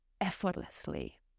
effortlessly